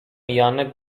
janek